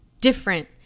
different